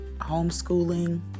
homeschooling